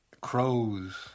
Crows